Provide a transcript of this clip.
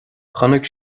chonaic